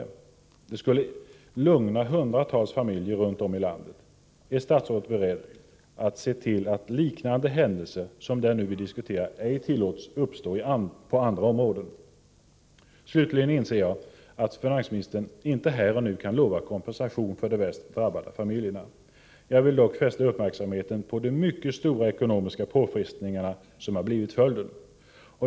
En sådan skulle lugna hundratals familjer runt om i landet. Är statsrådet dessutom beredd att se till att händelser liknande den vi nu diskuterar ej tillåts uppstå på andra områden? Slutligen inser jag att finansministern inte här och nu kan lova kompensation för de värst drabbade familjerna. Jag ville dock fästa uppmärksamheten på de mycket stora ekonomiska påfrestningar som har blivit följden.